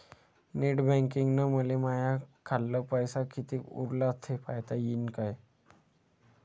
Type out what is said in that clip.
Net बँकिंगनं मले माह्या खाल्ल पैसा कितीक उरला थे पायता यीन काय?